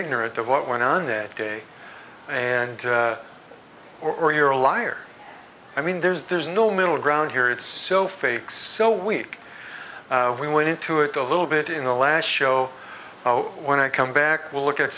ignorant of what went on that day and or you're a liar i mean there's there's no middle ground here it's so fake so weak we went into it a little bit in the last show when i come back we'll look at